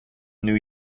new